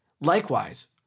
likewise